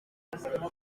akoresheje